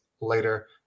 later